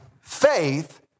faith